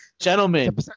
Gentlemen